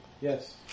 Yes